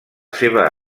seva